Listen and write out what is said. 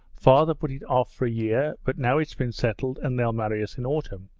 father put it off for a year, but now it's been settled and they'll marry us in autumn